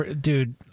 dude